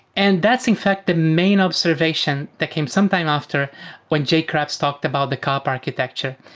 and that's in fact the main observation that came sometime after when jay kreps talked about the kappa architecture.